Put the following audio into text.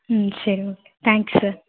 ம் சரிங்க thanks sir